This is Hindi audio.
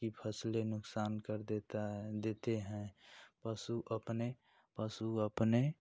की फसलें नुकसान कर देता है देते हैं पशु अपने पशु अपने